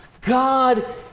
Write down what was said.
God